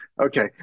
Okay